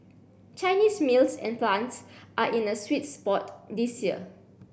Chinese mills and plants are in a sweet spot this year